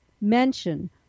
mention